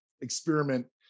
experiment